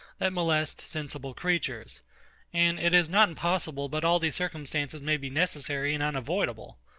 that molest sensible creatures and it is not impossible but all these circumstances may be necessary and unavoidable.